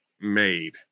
made